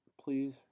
please